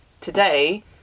today